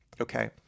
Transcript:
Okay